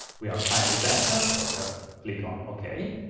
we are fine with that, ah so just click on ok.